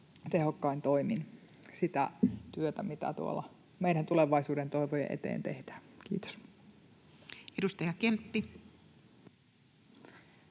tehokkain toimin sitä työtä, mitä tuolla meidän tulevaisuuden toivojen eteen tehdään. — Kiitos. [Speech